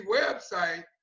website